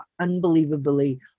unbelievably